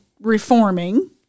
reforming